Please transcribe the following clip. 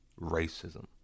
racism